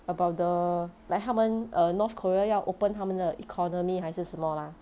about the like 他们 err north korea 要 open 他们的 economy 还是什么啦